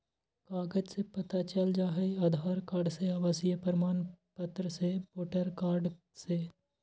कागज से पता चल जाहई, आधार कार्ड से, आवासीय प्रमाण पत्र से, वोटर कार्ड से?